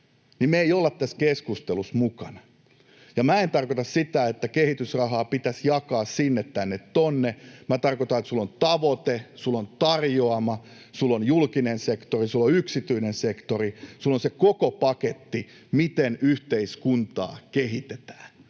niin me ei olla tässä keskustelussa mukana. Ja minä en tarkoita sitä, että kehitysrahaa pitäisi jakaa sinne tänne tuonne. Minä tarkoitan, että sinulla on tavoite, sinulla on tarjoama, sinulla on julkinen sektori, sinulla on yksityinen sektori, sinulla on se koko paketti, miten yhteiskuntaa kehitetään.